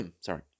Sorry